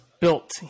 Built